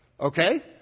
Okay